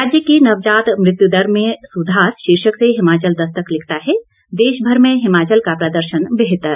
राज्य की नवजात मृत्यु दर में सुधार शीर्षक से हिमाचल दस्तक लिखता है देशभर में हिमाचल का प्रदर्शन बेहतर